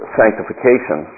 sanctification